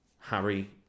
Harry